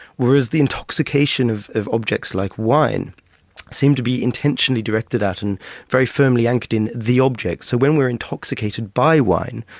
whereas the intoxication of of objects like wine seem to be intentionally directed at and very firmly anchored in the object. so when we're intoxicated by wine,